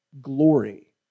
glory